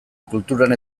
kulturan